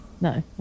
No